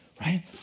right